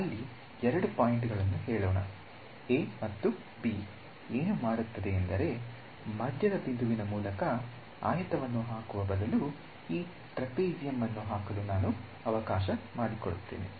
ಇಲ್ಲಿ 2 ಪಾಯಿಂಟ್ಗಳನ್ನು ಹೇಳೋಣ A ಮತ್ತು B ಏನು ಮಾಡುತ್ತದೆ ಎಂದರೆ ಮಧ್ಯದ ಬಿಂದುವಿನ ಮೂಲಕ ಆಯತವನ್ನು ಹಾಕುವ ಬದಲು ಈ ಟ್ರೆಪೆಜಿಯಂ ಅನ್ನು ಹಾಕಲು ನಾನು ಅವಕಾಶ ಮಾಡಿಕೊಡುತ್ತೇನೆ